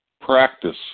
practice